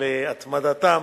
על התמדתם